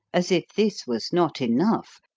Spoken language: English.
as if this was not enough,